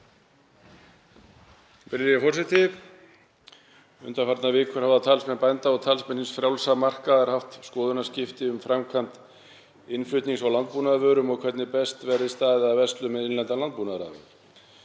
Virðulegi forseti. Undanfarnar vikur hafa talsmenn bænda og talsmenn hins frjálsa markaðar haft skoðanaskipti um framkvæmd innflutnings á landbúnaðarvörum og hvernig best verði staðið að verslun með innlendar landbúnaðarafurðir.